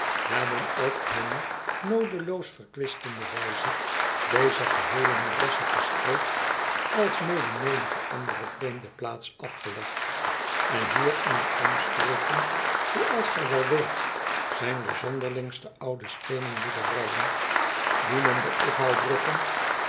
hebben op hunne noodeloos verkwistende wijze deze geheele moerassige streek alsmede menige andere vreemde plaats afgelegd en hier in de omstreken zooals gij wel weet zijn de zonderlinge oude stecnen boerderijen die men door